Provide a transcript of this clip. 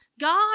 God